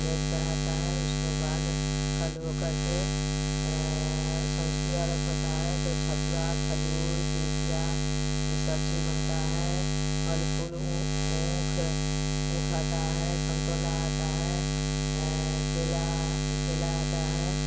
न्योज कराता है उसको बाद कल हो करके सँझुकी अरघ होता है तो ठकुआ खजूर पिरिकिया यह सब चीज़ बनती है फल फूल ऊ ऊख आता है सन्तोला आता है केला केला आता है